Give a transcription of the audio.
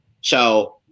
So-